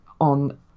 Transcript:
on